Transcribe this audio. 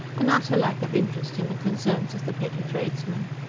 an utter lack of interest in the concerns of the petty tradesman.